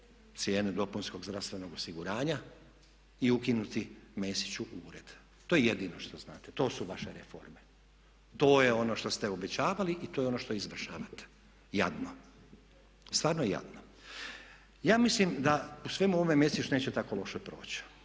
cijene dopunskog zdravstvenog osiguranja i ukinuti Mesiću ured. To je jedino što znate, to su vaše reforme, to je ono što ste obećavali i to je ono što izvršavate. Jadno, stvarno jadno. Ja mislim da u svemu ovome Mesić neće tako loše proći.